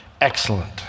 excellent